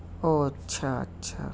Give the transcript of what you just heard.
اوہ اچھا اچھا